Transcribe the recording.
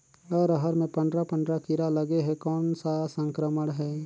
अरहर मे पंडरा पंडरा कीरा लगे हे कौन सा संक्रमण हे?